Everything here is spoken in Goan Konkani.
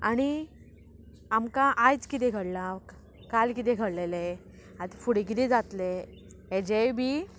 आनी आमकां आयज किदें घडलां काल कितें घडललें आतां फुडें कितें जातलें हेजेय बी